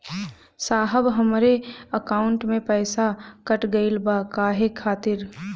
साहब हमरे एकाउंट से पैसाकट गईल बा काहे खातिर?